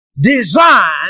design